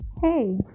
Hey